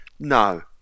No